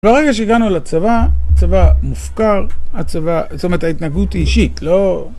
ברגע שהגענו לצבא, צבא מופקר, הצבא, זאת אומרת ההתנהגות היא אישית, לא...